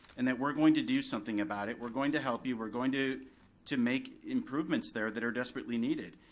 and that we're going to do something about it, we're going to help you, we're going to to make improvements there that are desperately needed.